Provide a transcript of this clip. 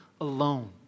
alone